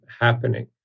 happening